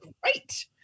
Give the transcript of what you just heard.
great